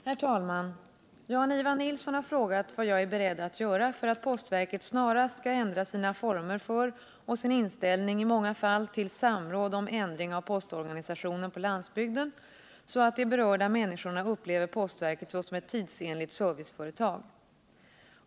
Herr talman! Jan-Ivan Nilsson har frågat vad jag är beredd att göra för att postverket snarast skall ändra sina former för och sin inställning i många fall till samråd om ändring av postorganisationen på landsbygden, så att de berörda människorna upplever postverket såsom ett tidsenligt serviceföretag.